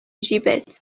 جیبت